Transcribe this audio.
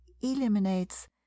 eliminates